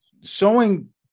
showing